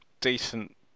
Decent